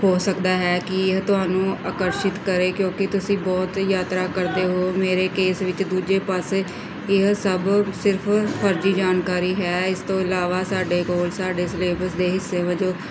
ਹੋ ਸਕਦਾ ਹੈ ਕਿ ਇਹ ਤੁਹਾਨੂੰ ਆਕਰਸ਼ਿਤ ਕਰੇ ਕਿਉਂਕਿ ਤੁਸੀਂ ਬਹੁਤ ਯਾਤਰਾ ਕਰਦੇ ਹੋ ਮੇਰੇ ਕੇਸ ਵਿੱਚ ਦੂਜੇ ਪਾਸੇ ਇਹ ਸਭ ਸਿਰਫ ਫਰਜ਼ੀ ਜਾਣਕਾਰੀ ਹੈ ਇਸ ਤੋਂ ਇਲਾਵਾ ਸਾਡੇ ਕੋਲ ਸਾਡੇ ਸਿਲੇਬਸ ਦੇ ਹਿੱਸੇ ਵਜੋਂ